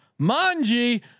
Manji